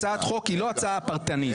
הצעת חוק היא לא הצעה פרטנית.